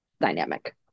dynamic